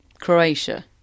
Croatia